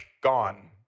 gone